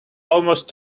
almost